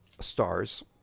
stars